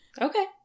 Okay